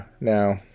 now